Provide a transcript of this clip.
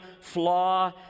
flaw